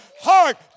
heart